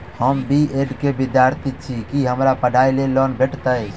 हम B Ed केँ विद्यार्थी छी, की हमरा पढ़ाई लेल लोन भेटतय?